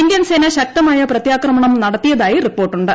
Indian സേന ശക്തമായ പ്രത്യാക്രമണവും നടത്തിയതായി റിപ്പോർട്ട് ഉണ്ട്